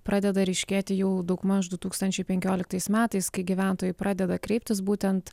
pradeda ryškėti jau daugmaž du tūkstančiai penkioliktais metais kai gyventojai pradeda kreiptis būtent